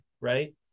right